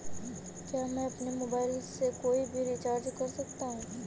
क्या मैं अपने मोबाइल से कोई भी रिचार्ज कर सकता हूँ?